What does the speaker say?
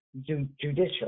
judicial